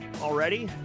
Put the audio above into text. already